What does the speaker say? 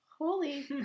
holy